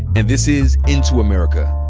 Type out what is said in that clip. and this is into america,